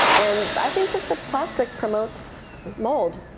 and i think the plastic promotes mold.